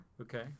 Okay